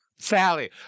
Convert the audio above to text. Sally